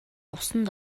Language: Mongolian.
усанд